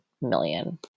million